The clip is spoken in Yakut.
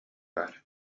баар